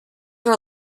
were